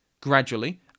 Gradually